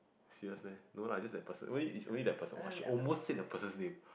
serious meh no lah its just that person maybe its only that person !wah! she almost said that person's name